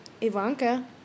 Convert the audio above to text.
ivanka